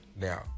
Now